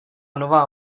nová